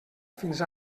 fins